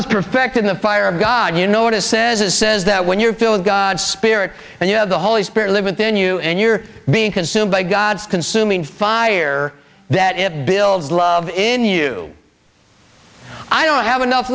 is perfect in the fire of god you know what it says it says that when you're feeling god's spirit and you have the holy spirit live it then you and you're being consumed by god's consuming fire that it builds love in you i don't have enough